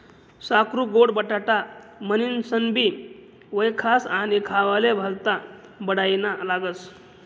साकरु गोड बटाटा म्हनीनसनबी वयखास आणि खावाले भल्ता बडाईना लागस